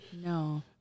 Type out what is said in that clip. No